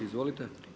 Izvolite.